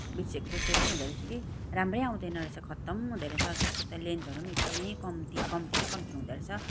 बिर्सेको बिर्सेको हुँदोरहेछु कि राम्रै आउँदैन रहेछ खत्तम हुँदोरहेछ त्यसको त्यो लेन्थहरू पनि एकदमै कम्ती कम्ती न कम्ती हुँदोरहेछ